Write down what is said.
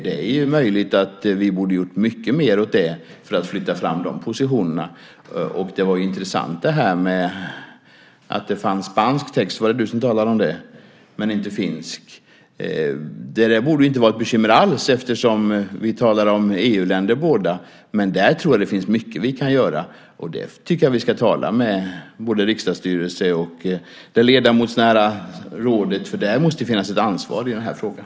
Det är ju möjligt att vi borde ha gjort mycket mer för att flytta fram de positionerna. Det var intressant att det fanns spansk text - jag tror det var du som talade om det - men inte finsk. Det borde ju inte vara ett bekymmer alls, eftersom det handlar om två EU-länder. Här tror jag det finns mycket vi kan göra. Jag tycker att vi ska tala med både riksdagsstyrelsen och det ledamotsnära rådet. Där måste det finnas ett ansvar i den här frågan.